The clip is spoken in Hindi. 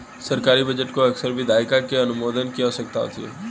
सरकारी बजट को अक्सर विधायिका के अनुमोदन की आवश्यकता होती है